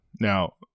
Now